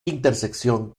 intersección